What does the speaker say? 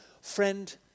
Friend